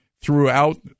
throughout